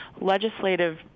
legislative